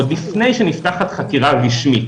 עוד לפני שנפתחת חקירה רשמית.